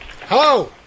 Hello